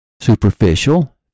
superficial